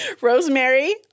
Rosemary